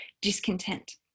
discontent